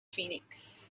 phoenix